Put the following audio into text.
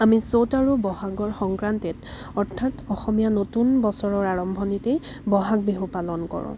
আমি চ'ত আৰু বহাগৰ সংক্ৰান্তিত অৰ্থাৎ অসমীয়া নতুন বছৰৰ আৰম্ভণীতেই বহাগ বিহু পালন কৰোঁ